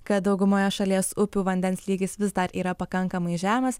kad daugumoje šalies upių vandens lygis vis dar yra pakankamai žemas